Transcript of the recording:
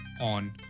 on